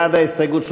בעד ההסתייגות,